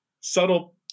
subtle